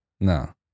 No